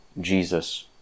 Jesus